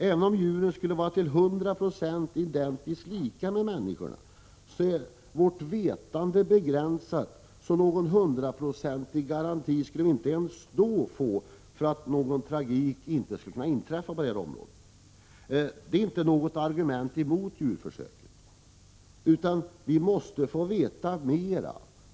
Även om djuren skulle vara identiskt lika med människorna, är vårt vetande begränsat, så någon hundraprocentig garanti skulle vi inte ens då få för att något tragiskt inte skulle kunna inträffa. Detta är inte något argument mot djurförsöken — men vi måste få veta mer.